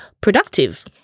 productive